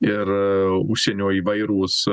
ir užsienio įvairūs